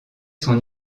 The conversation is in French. son